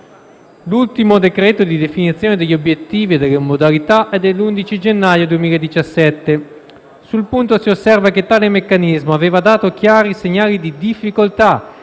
L'ultimo decreto di definizione degli obiettivi e delle modalità è dell'11 gennaio 2017. Sul punto si osserva che tale meccanismo aveva dato chiari segnali di difficoltà